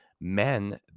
men